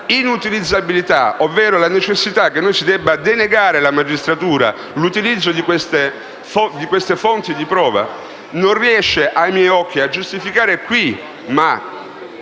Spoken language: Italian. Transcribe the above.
la inutilizzabilità, ovvero la necessità che noi si debba denegare alla magistratura l'utilizzo di queste fonti di prova, non riesce ai miei occhi a giustificare tale